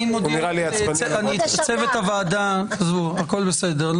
צוות הוועדה, הכול בסדר.